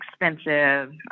expensive